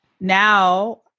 Now